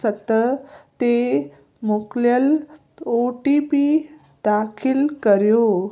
सत ते मोकिलियलु ओ टी पी दाख़िलु करियो